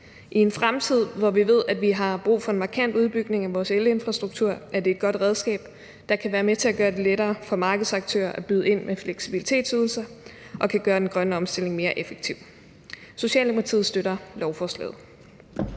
I en fremtid, hvor vi ved at vi har brug for en markant udbygning af vores elinfrastruktur, er det et godt redskab, der kan være med til at gøre det lettere for markedsaktører at byde ind med fleksibilitetsydelser og gøre den grønne omstilling mere effektiv. Socialdemokratiet støtter lovforslaget.